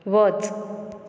वच